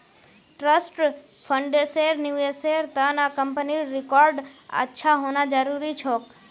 trust फंड्सेर निवेशेर त न कंपनीर रिकॉर्ड अच्छा होना जरूरी छोक